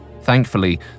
Thankfully